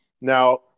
Now